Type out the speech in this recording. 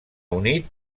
unit